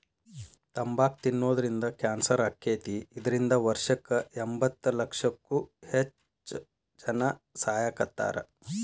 ತಂಬಾಕ್ ತಿನ್ನೋದ್ರಿಂದ ಕ್ಯಾನ್ಸರ್ ಆಕ್ಕೇತಿ, ಇದ್ರಿಂದ ವರ್ಷಕ್ಕ ಎಂಬತ್ತಲಕ್ಷಕ್ಕೂ ಹೆಚ್ಚ್ ಜನಾ ಸಾಯಾಕತ್ತಾರ